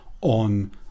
on